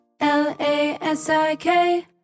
L-A-S-I-K